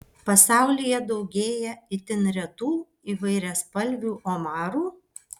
pasaulyje daugėja itin retų įvairiaspalvių omarų